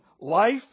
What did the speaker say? life